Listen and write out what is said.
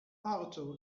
arto